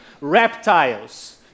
reptiles